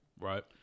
Right